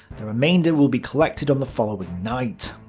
the remainder will be collected on the following night.